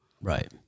Right